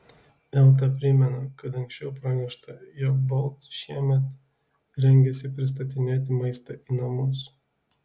elta primena kad anksčiau pranešta jog bolt šiemet rengiasi pristatinėti maistą į namus